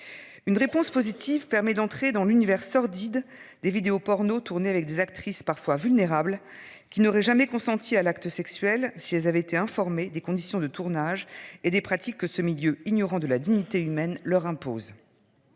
Une réponse positive permet d'entrer dans l'univers sordide des vidéos porno tournés avec des actrices parfois vulnérable qui n'aurait jamais consenti à l'acte sexuel si elles avaient été informés des conditions de tournage et des pratiques que ce milieu ignorant de la dignité humaine leur impose.